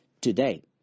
today